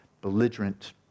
belligerent